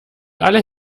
alle